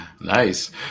Nice